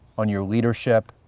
on your leadership,